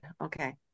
Okay